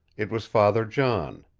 it was father john.